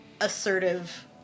assertive